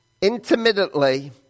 intermittently